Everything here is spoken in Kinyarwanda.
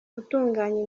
utunganya